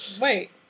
wait